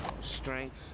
Strength